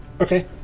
Okay